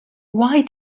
why